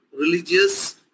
religious